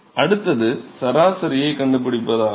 அடுத்தது சராசரியைக் கண்டுபிடிப்பதாகும்